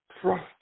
trust